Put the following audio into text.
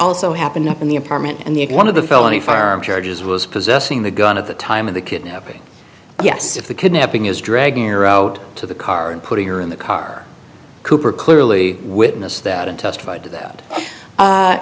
also happened in the apartment and the one of the felony firearm charges was possessing the gun at the time of the kidnapping yes if the kidnapping is dragging her out to the car and putting her in the car cooper clearly witnessed that and testified that